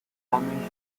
amusement